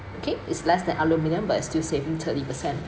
okay is less than aluminium but it still saving thirty percent